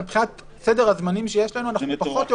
אבל מבחינת סדר הזמנים שיש לנו אנחנו פחות או